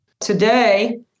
today